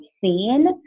seen